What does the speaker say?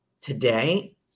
today